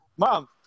Mom